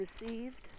received